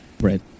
right